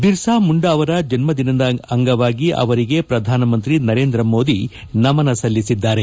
ಬಿರ್ಸಾ ಮುಂಡಾ ಅವರ ಜನ್ಮ ದಿನದ ಅಂಗವಾಗಿ ಅವರಿಗೆ ಪ್ರಧಾನ ಮಂತ್ರಿ ನರೇಂದ್ರ ಮೋದಿ ನಮನ ಸಲ್ಲಿಸಿದ್ದಾರೆ